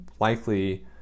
likely